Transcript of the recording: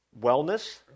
wellness